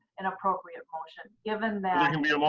an appropriate motion, given that.